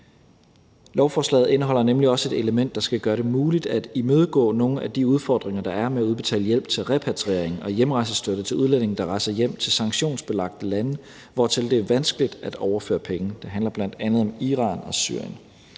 Lovforslaget indeholder nemlig også et element, der skal gøre det muligt at imødegå nogle af de udfordringer, der er med at udbetale hjælp til repatriering og hjemrejsestøtte til udlændinge, der rejser hjem til sanktionsbelagte lande, hvortil det er vanskeligt at overføre penge – det handler bl.a. om Iran og Syrien.